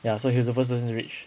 ya so he's the first person to reach